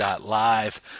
live